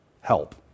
help